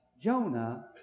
Jonah